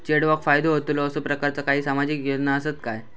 चेडवाक फायदो होतलो असो प्रकारचा काही सामाजिक योजना असात काय?